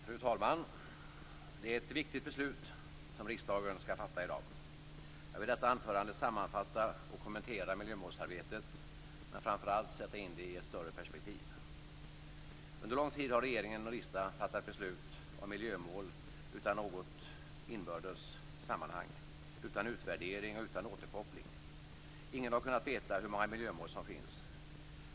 Fru talman! Det är ett viktigt beslut som riksdagen skall fatta i dag. Jag vill i detta anförande sammanfatta och kommentera miljömålsarbetet men framför allt sätta in det i ett större perspektiv. Under lång tid har regering och riksdag fattat beslut om miljömål utan något inbördes sammanhang, utan utvärdering och återkoppling. Ingen har kunnat veta hur många miljömål som finns.